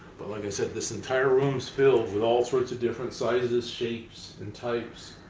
but like i said, this entire room is filled with all sorts of different sizes, shapes and types